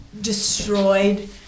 destroyed